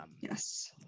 yes